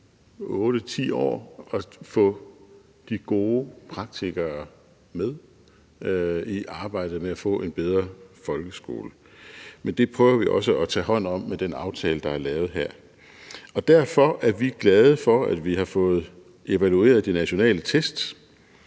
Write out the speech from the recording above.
altså at få de gode praktikere med i arbejdet med at få en bedre folkeskole, men det prøver vi også at tage hånd om med den aftale, der er lavet her. Derfor er vi glade for, at vi har fået evalueret de nationale test.